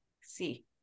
see